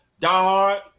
diehard